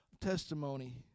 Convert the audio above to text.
testimony